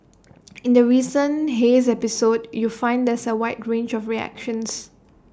in the recent haze episode you find there's A wide range of reactions